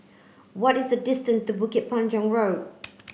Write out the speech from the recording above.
what is the distance to Bukit Panjang Road